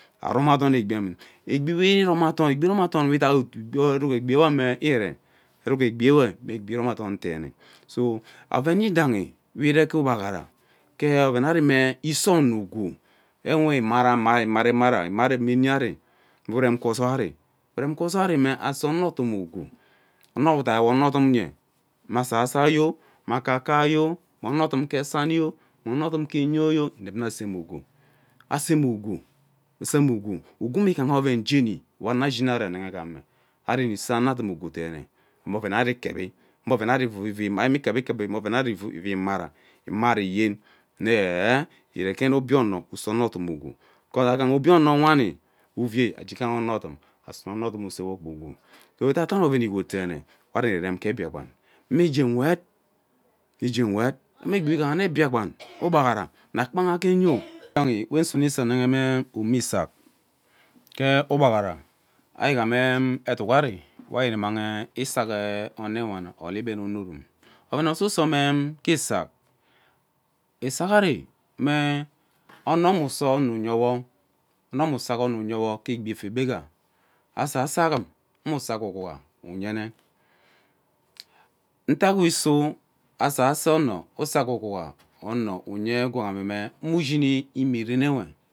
Egbi iroma adom we dai egbi nwe ive eruk egbi uwe mme egbi irome adan deene so oven yidahi we ire ge ugbaghara ke irem oven ari me ese ono ugwu ewe imra arima ari imarima mme ini ari me urum gee ozoi ari urem ghe ozoi ari mme ase onodum igwu ono we udai wo onodum uye mme asaso yo mme akaka yo me onodum ke sani yo mme onodum ke nyo, inep nwe ase ugwu ase ugwu aseme ugwu ugwu ashini ghame ari nne se anadum ugwu deene me oven we ari kevi me ovenwe ari imara imara iyen mme ehee obie ono use onoden ugwu gee aghaha obie ono wani uvei agha onodum sewo gba ugwu so edaidene oven igot deene we ari nne rem ke Biakpan deene mme igee nwet ke ige nwet igham egbi we biakpan ugbaghara mme kpaha ke yo kpeni we nsume isanehe mme omo isak ke ugbaghare ari igham uduk ari we ari immang isak ee onenewana or igben onurun oven ususo me isak isak ari mme ono me saa ono uyewo ono me sak ono uyewo gee efigwega asaso aghum sak ugwuga uyene ntak we isu asaso ono usak ugwuga uye ono mme mme uyini imerenwe.